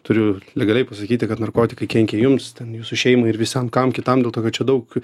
turiu legaliai pasakyti kad narkotikai kenkia jums ten jūsų šeimai ir visam kam kitam dėl to kad čia daug